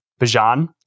Bajan